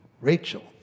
Rachel